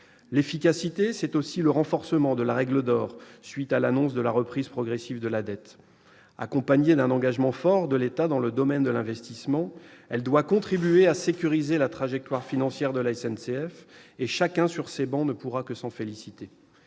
L'efficacité, c'est aussi le renforcement de la règle d'or, à la suite de l'annonce de la reprise progressive de la dette. Accompagnée d'un engagement fort de l'État dans le domaine de l'investissement, elle doit contribuer à sécuriser la trajectoire financière de la SNCF, et chacun ici ne pourra que s'en féliciter.